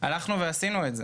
הלכנו ועשינו את זה.